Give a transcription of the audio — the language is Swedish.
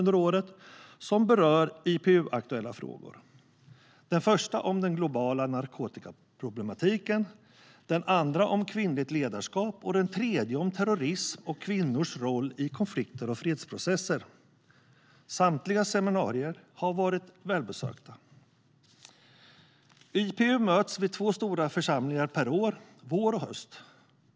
Det första seminariet handlade om den globala narkotikaproblematiken, det andra handlade om kvinnligt ledarskap och det tredje handlade om terrorism och kvinnors roll i konflikter och fredsprocesser. Samtliga seminarier var välbesökta. IPU möts vid två stora församlingar per år, vår och höst.